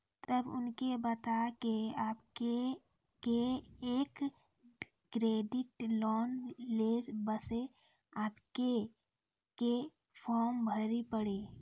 तब उनके बता के आपके के एक क्रेडिट लोन ले बसे आपके के फॉर्म भरी पड़ी?